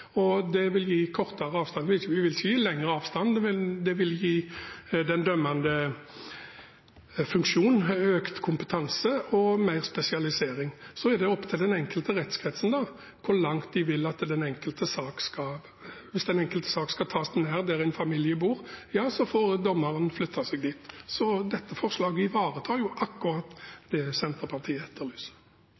Det vil gi kortere avstand. Det vil ikke gi lengre avstand. Det vil gi den dømmende funksjon økt kompetanse og mer spesialisering. Så er det opp til den enkelte rettskretsen – hvis den enkelte sak skal tas nær der den enkelte familie bor, så får dommeren flytte seg dit. Dette forslaget ivaretar jo akkurat det Senterpartiet etterlyser.